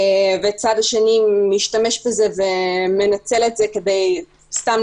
והצד השני משתמש בזה ומנצל את זה סתם,